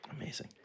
Amazing